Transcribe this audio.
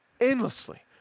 endlessly